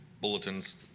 bulletins